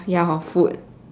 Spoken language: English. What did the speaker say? !wah! ya hor food